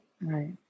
Right